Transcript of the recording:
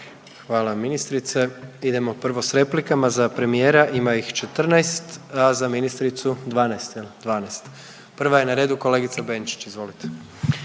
Hvala ministrice. Idemo prvo s replikama. Za premijera ima ih 14, a za ministricu 12, jel. 12. Prva je na redu kolegica Benčić, izvolite.